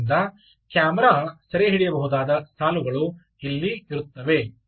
ಆದ್ದರಿಂದ ಕ್ಯಾಮೆರಾ ಸೆರೆಹಿಡಿಯಬಹುದಾದ ಸಾಲುಗಳು ಇಲ್ಲಿ ಇರುತ್ತವೆ